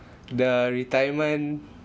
the retirement